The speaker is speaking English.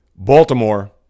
Baltimore